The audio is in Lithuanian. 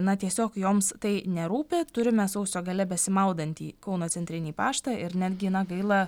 na tiesiog joms tai nerūpi turime sausio gale besimaudantį kauno centrinį paštą ir netgi gaila